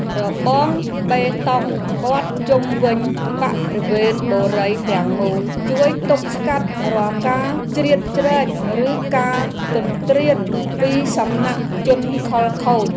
របងបេតុងព័ទ្ធជុំវិញបរិវេណបុរីទាំងមូលជួយទប់ស្កាត់រាល់ការជ្រៀតជ្រែកឬការទន្ទ្រានពីសំណាក់ជនខិលខូច។